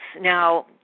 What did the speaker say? Now